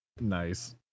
Nice